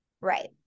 Right